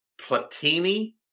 Platini